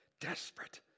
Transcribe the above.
desperate